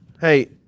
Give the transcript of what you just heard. Hey